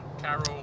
Carol